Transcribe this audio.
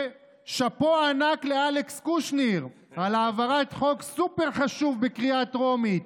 ושאפו ענק לאלכס קושניר על העברת חוק סופר-חשוב בקריאה טרומית.